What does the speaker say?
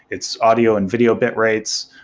it's audio and video bit rates,